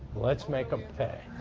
let's make em pay.